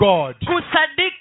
God